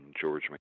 George